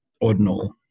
ordinal